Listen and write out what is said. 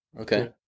Okay